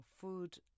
food